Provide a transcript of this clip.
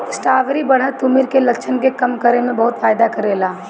strawberry बढ़त उमिर के लक्षण के कम करे में बहुते फायदा करेला